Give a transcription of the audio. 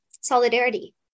solidarity